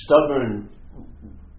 stubborn